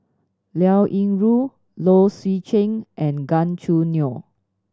Liao Yingru Low Swee Chen and Gan Choo Neo